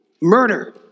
murder